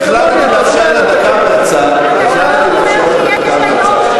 אתה כפוף לתקנון, והחלטתי לאפשר לה דקה מהצד.